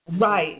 Right